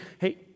hey